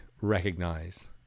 recognize